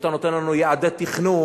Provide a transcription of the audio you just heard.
ושאתה נותן לנו יעדי תכנון,